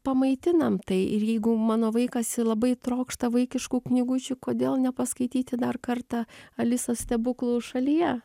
pamaitinam tai ir jeigu mano vaikas labai trokšta vaikiškų knygučių kodėl nepaskaityti dar kartą alisos stebuklų šalyje